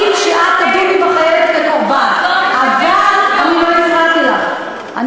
עוד לא התייבש הדיו על,